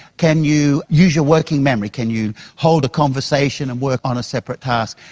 can you use your working memory, can you hold a conversation and work on a separate task?